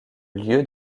lieu